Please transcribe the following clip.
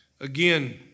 Again